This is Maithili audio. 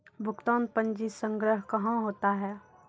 भुगतान पंजी संग्रह कहां होता हैं?